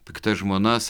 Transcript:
piktas žmonas